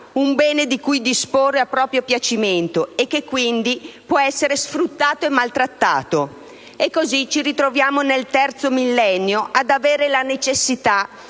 un bene di cui disporre a proprio piacimento e che, quindi, può essere sfruttato e maltrattato. E così ci ritroviamo, nel terzo millennio, ad avere la necessità